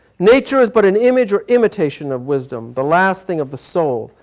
nature is but an image or imitation of wisdom. the last thing of the soul.